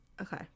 okay